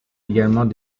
également